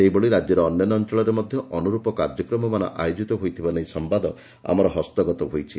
ସେହିଭଳି ରାଜ୍ୟର ଅନ୍ୟାନ୍ୟ ଅଞ୍ଚଳରେ ମଧ୍ଧ ଅନ୍ରର୍ପ କାର୍ଯ୍ୟକ୍ମମାନ ଆୟୋଜିତ ହୋଇଥିବା ନେଇ ସମ୍ଘାଦ ଆମର ହସ୍ତଗତ ହୋଇଛି